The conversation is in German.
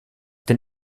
den